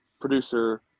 producer